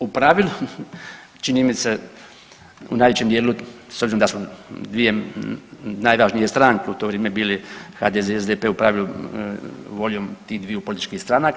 U pravilu, čini mi se u najvećem dijelu s obzirom da su dvije najvažnije stranke u to vrijeme bili HDZ i SDP u pravilu voljom tih dviju političkih stranaka.